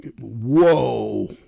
whoa